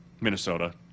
Minnesota